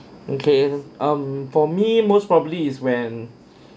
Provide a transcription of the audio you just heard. okay um for me most probably is when